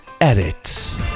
Edit